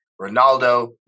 Ronaldo